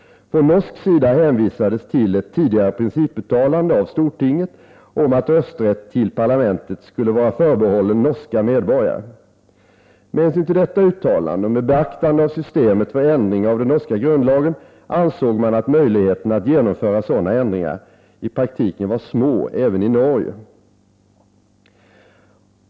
Från norsk sida hänvisades till ett tidigare principuttalande av stortinget om att rösträtt till parlamentet skulle vara förbehållen norska medborgare. Med hänsyn till detta uttalande och med beaktande av systemet för ändring av den norska grundlagen ansåg man att möjligheterna att genomföra sådana ändringar i praktiken var små även i Norge.